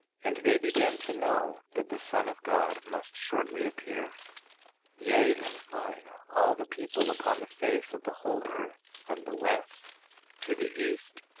and they began to know that the son of god must shortly appear yea, in fine, all the people upon the face of the whole earth from the west to the east,